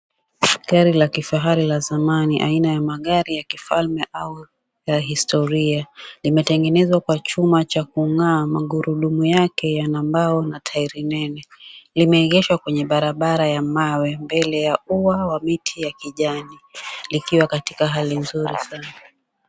Gari la kifahari la zamani aina ya magari ya kifalme au ya historia. Limetengenezwa kwa chuma cha kung'aa magurudumu yake yana mbao na tairi nene. Limeegeshwa kwenye barabara ya mawe mbele ya ua wa miti ya kijani likiwa katika hali nzuri sana.